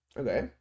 Okay